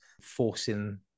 forcing